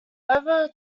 over